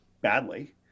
badly